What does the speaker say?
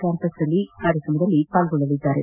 campus ನಲ್ಲಿ ಕಾರ್ಯಕ್ರಮದಲ್ಲಿ ಭಾಗಿಯಾಗಲಿದ್ದಾರೆ